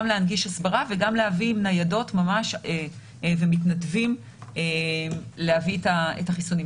להנגיש הסברה וגם להביא ניידות ומתנדבים להביא את החיסונים.